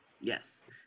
yes